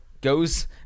goes